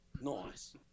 Nice